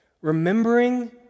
remembering